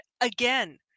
again